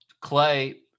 Clay